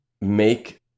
make